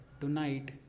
tonight